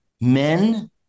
men